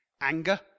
anger